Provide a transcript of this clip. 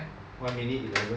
one minute eleven